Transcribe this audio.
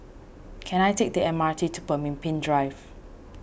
can I take the M R T to Pemimpin Drive